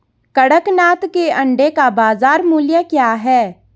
कड़कनाथ के अंडे का बाज़ार मूल्य क्या है?